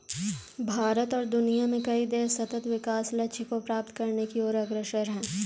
भारत और दुनिया में कई देश सतत् विकास लक्ष्य को प्राप्त करने की ओर अग्रसर है